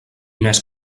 més